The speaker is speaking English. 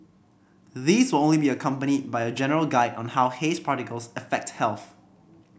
these will only be accompanied by a general guide on how haze particles affect health